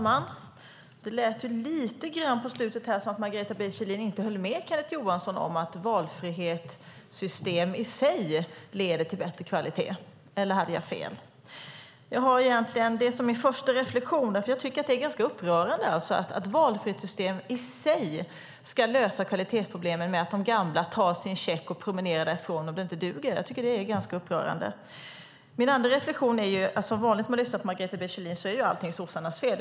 Herr talman! På slutet lät det lite grann som att Margareta B Kjellin inte höll med Kenneth Johansson om att valfrihetssystem i sig leder till bättre kvalitet. Eller hade jag fel? Det är min första reflexion, för jag tycker att det är ganska upprörande att valfrihetssystem i sig ska lösa kvalitetsproblemen genom att de gamla tar sin check och promenerar därifrån om det inte duger. Min andra reflexion är att Margareta B Kjellin som vanligt säger att allting är sossarnas fel.